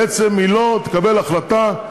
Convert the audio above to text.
בעצם לא תקבל החלטה,